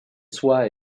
soi